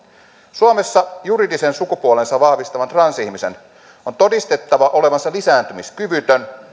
suomessa juridisen sukupuolensa vahvistavan transihmisen on todistettava olevansa lisääntymiskyvytön